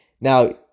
Now